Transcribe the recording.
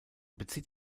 bezieht